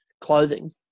clothing